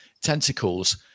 tentacles